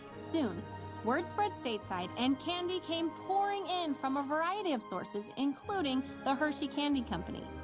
soon words spread stateside and candy came pouring in from a variety of sources, including the hershey candy company.